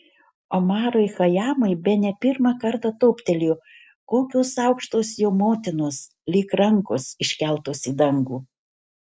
omarui chajamui bene pirmą kartą toptelėjo kokios aukštos jo motinos lyg rankos iškeltos į dangų